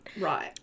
right